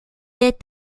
est